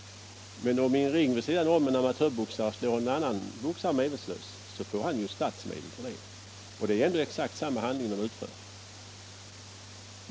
Men om i en ring där intill en amatörboxare slår en annan boxare medvetslös, så får han statsmedel för det. Och det är ändå exakt samma handling de utför.